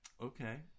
Okay